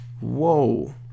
Whoa